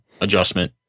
adjustment